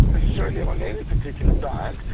necessarily on any particular diet.